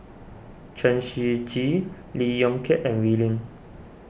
Chen Shiji Lee Yong Kiat and Wee Lin